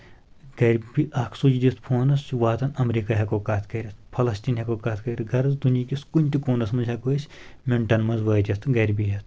گرِ بچ دِتھ فونَس چھُ واتان امریکا ہؠکو کتھ کٔرِتھ فلستیٖن ہؠکو کتھ کٔرِتھ غرٕض دُنہِکِس کُنہٕ تہِ کونس منٛز ہؠکو أسۍ مِنٹن منٛز وٲتِتھ تہٕ گرِ بِہِتھ